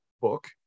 book